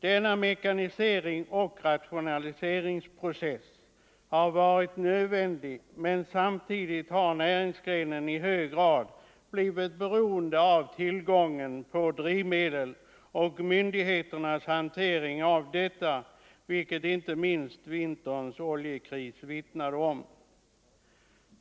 Denna mekaniseringsoch rationaliseringsprocess har varit nödvändig, men samtidigt har näringsgrenen i hög grad blivit beroende av tillgången på drivmedel och myndigheternas hantering av denna, vilket inte minst vinterns oljekris vittnar om.